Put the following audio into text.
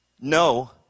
No